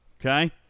Okay